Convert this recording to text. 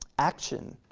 action,